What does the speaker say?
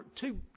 two